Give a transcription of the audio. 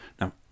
now